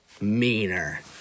Meaner